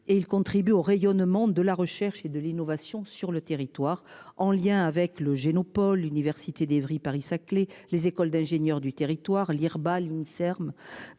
et il contribue au rayonnement de la recherche et de l'innovation sur le territoire en lien avec le Genopole université d'Evry Paris Saclay les écoles d'ingénieurs du territoire IRBA l'INSERM